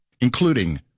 including